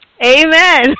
Amen